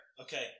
Okay